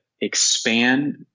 expand